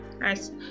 nice